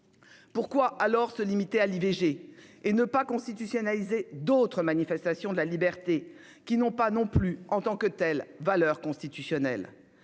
Pourquoi, dès lors, se limiter à l'IVG et ne pas constitutionnaliser d'autres manifestations de la liberté, qui n'ont pas non plus, en tant que telles, valeur constitutionnelle ?